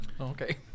Okay